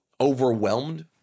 overwhelmed